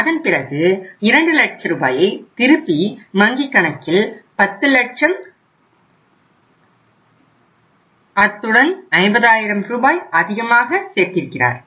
அதன் பிறகு 2 லட்ச ரூபாயை திருப்பி வங்கிக் கணக்கில் 10 லட்சம் 50 ஆயிரம் ரூபாய் அதிகமாக சேர்த்திருக்கிறார்